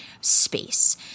space